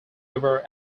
over